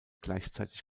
gleichzeitig